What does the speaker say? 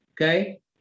Okay